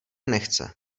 nechce